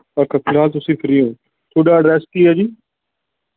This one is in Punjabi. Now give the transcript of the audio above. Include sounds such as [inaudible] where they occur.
[unintelligible] ਤੁਸੀ ਫ੍ਰੀ ਹੋ ਤੁਹਾਡਾ ਐਡਰੈੱਸ ਕੀ ਹੈ ਜੀ